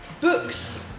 books